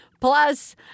plus